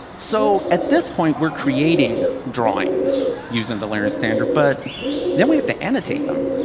so at this point, we're creating drawings using the layering standard. but then we have to annotate them.